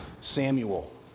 Samuel